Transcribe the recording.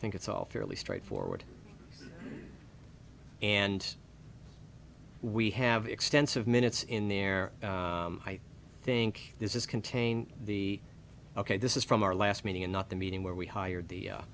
i think it's all fairly straightforward and we have extensive minutes in there i think this is contain the ok this is from our last meeting and not the meeting where we hired the